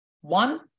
one